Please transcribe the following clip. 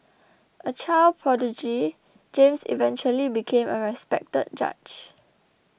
a child prodigy James eventually became a respected judge